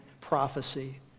prophecy